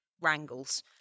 wrangles